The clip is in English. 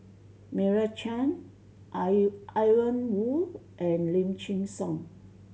Meira Chand Ian Woo and Lim Chin Siong